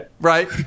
Right